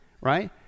right